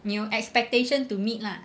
你有 expectation to meet lah